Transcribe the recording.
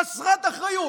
חסרת אחריות.